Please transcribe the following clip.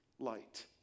light